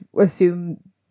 assume